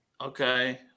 Okay